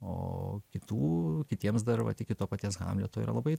o kitų kitiems dar va iki to paties hamleto yra labai